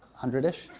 hundred-ish?